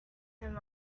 him